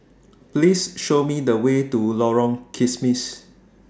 Please Show Me The Way to Lorong Kismis